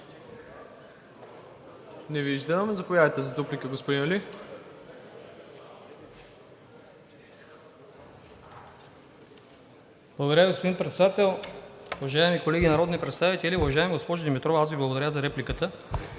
Не виждам. Заповядайте за дуплика, господин Али. СЕВИМ АЛИ (ДПС): Благодаря, господин Председател. Уважаеми колеги народни представители. Уважаема госпожо Димитрова, аз Ви благодаря за репликата.